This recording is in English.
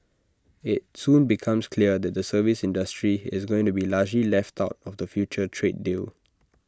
IT soon becomes clear that the services industry is going to be largely left out of the future trade deal